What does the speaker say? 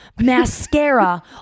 Mascara